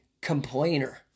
complainer